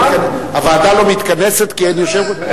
הוועדה לא מתכנסת כי אין יושב-ראש?